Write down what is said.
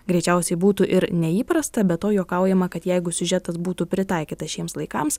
greičiausiai būtų ir neįprasta be to juokaujama kad jeigu siužetas būtų pritaikytas šiems laikams